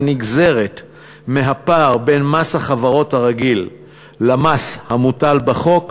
הנגזרת מהפער בין מס החברות הרגיל למס המוטל בחוק,